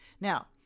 now